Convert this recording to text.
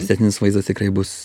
estetinis vaizdas tikrai bus